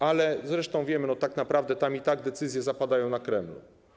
Ale zresztą wiemy - tak naprawdę tam i tak decyzje zapadają na Kremlu.